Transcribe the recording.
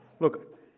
look